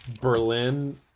Berlin